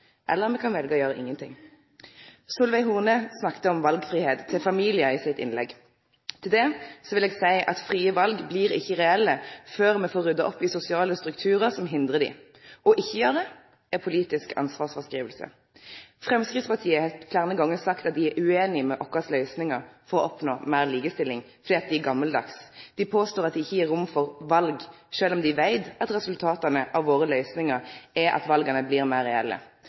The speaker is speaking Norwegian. eller me kan velje å gjere ingenting. Solveig Horne snakka om valfridom for familiar i sitt innlegg. Til det vil eg seie at frie val blir ikkje reelle før me får rydda opp i sosiale strukturar som hindrar dei. Å ikkje gjere det er politisk ansvarsfråskriving. Framstegspartiet har fleire gonger sagt at dei er ueinige i våre løysingar for å oppnå meir likestilling, fordi dei er gammaldagse. Dei påstår at dei ikkje gjev rom for val, sjølv om dei veit at resultata av våre løysingar er at vala blir meir reelle.